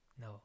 No